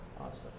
Awesome